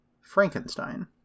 Frankenstein